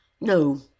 No